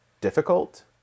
difficult